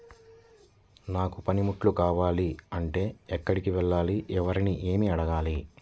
నాకు పనిముట్లు కావాలి అంటే ఎక్కడికి వెళ్లి ఎవరిని ఏమి అడగాలి?